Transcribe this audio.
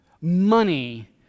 money